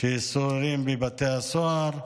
ששוררים בבתי הסוהר,